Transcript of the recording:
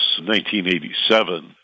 1987